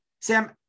Sam